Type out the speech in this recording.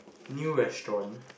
new restaurant